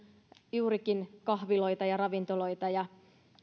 juurikin kahviloita ja ravintoloita ja